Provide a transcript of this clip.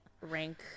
rank